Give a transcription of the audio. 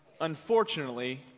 Unfortunately